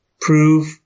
prove